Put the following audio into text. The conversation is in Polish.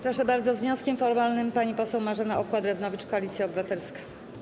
Proszę bardzo, z wnioskiem formalnym pani poseł Marzena Okła-Drewnowicz, Koalicja Obywatelska.